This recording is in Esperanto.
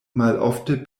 malofte